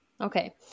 Okay